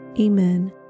Amen